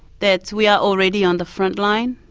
that we are already on the frontline,